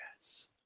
yes